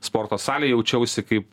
sporto salėj jaučiausi kaip